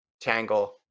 tangle